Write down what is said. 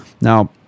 Now